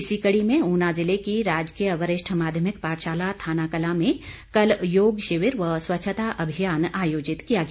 इसी कड़ी में ऊना जिले की राजकीय वरिष्ठ माध्यमिक पाठशाला थानाकलां में कल योग शिविर व स्वच्छता अभियान आयोजित किया गया